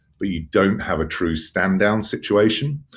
but you don't have a true stand-down situation,